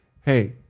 hey